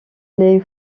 les